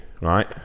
right